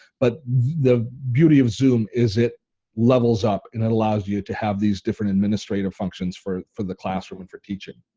but the beauty of zoom is it levels up and it allows you to have these different administrative functions for for the classroom and for teaching.